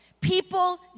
people